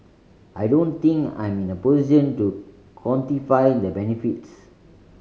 I don't think I'm in a position to quantify the benefits